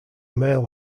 male